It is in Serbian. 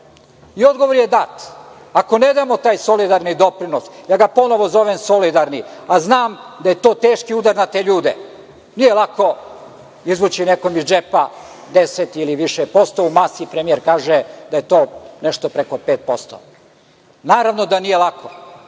Odgovor je dat – ako ne damo taj solidarni doprinos, ja ga ponovo zovem solidarni, a znam da je to teški udar na te ljude, nije lako izvući nekom iz džepa 10 ili više posto u masi, premijer kaže da je to nešto preko 5%. Naravno da nije lako,